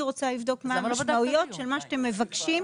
אני רוצה לבדוק מה המשמעויות של מה שאתם מבקשים.